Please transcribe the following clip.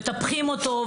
מטפחים אותו.